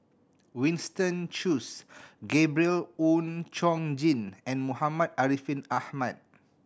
Winston Choos Gabriel Oon Chong Jin and Muhammad Ariff Ahmad